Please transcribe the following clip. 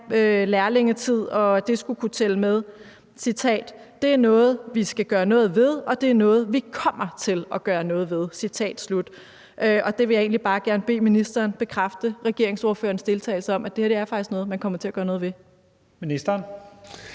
lærlingetid skulle kunne tælle med: »Det er noget, vi skal gøre noget ved, og det er noget, vi kommer til at gøre noget ved«. Og der vil jeg egentlig bare gerne bede ministeren bekræfte ordføreren Mohammad Ronas udsagn om, at det her faktisk er noget, man kommer til at gøre noget ved. Kl.